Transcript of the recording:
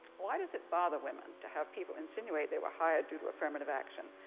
why does it bother women to have people insinuate they were hired due to affirmative action,